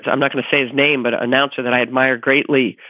i'm not going to say his name, but. announcer that i admire greatly,